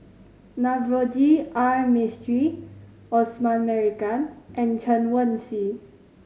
Navroji R Mistri Osman Merican and Chen Wen Hsi